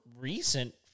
recent